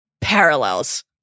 parallels